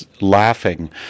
laughing